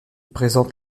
présente